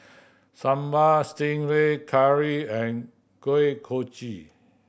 Sambal Stingray curry and Kuih Kochi